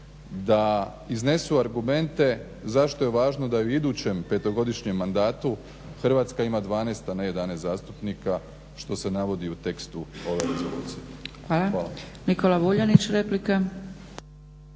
da iznesu argumente zašto je važno da u idućem 5-godišnjem mandatu Hrvatska ima 12, a ne 11 zastupnika, što se navodi u tekstu ove rezolucije. **Zgrebec, Dragica